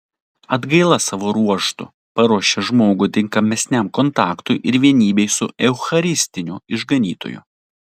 atgaila savo ruožtu paruošia žmogų tinkamesniam kontaktui ir vienybei su eucharistiniu išganytoju